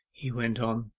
he went on,